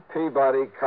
Peabody